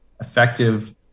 effective